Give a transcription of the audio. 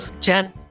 Jen